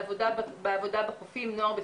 לעבודה בחופים עם נוער בסיכון,